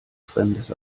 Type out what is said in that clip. fremdes